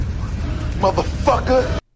motherfucker